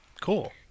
Cool